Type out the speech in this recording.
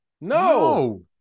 No